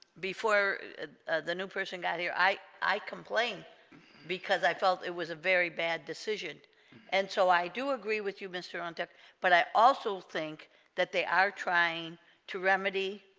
before the new person got here i i complain because i felt it was a very bad decision and so i do agree with you mister on but i also think that they are trying to remedy